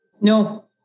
No